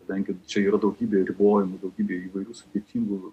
kadangi čia yra daugybė ribojimų daugybė įvairių sudėtingų